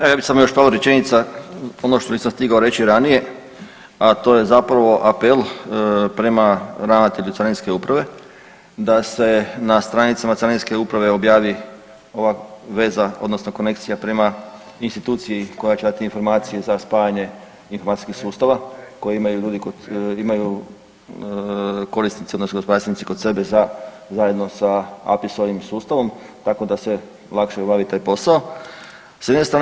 Evo ja bi samo još par rečenica, ono što nisam stigao reći ranije, a to je zapravo apel prema ravnatelju carinske uprave da se na stranicama carinske uprave objavi ova veza odnosno konekcija prema instituciji koja će dat informacije za spajanje informacijskih sustava koji imaju ljudi, imaju korisnici odnosno gospodarstvenici kod sebe za zajedno sa APIS-ovim sustavom, tako da se lakše obavi taj posao, s jedne strane.